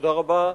תודה רבה,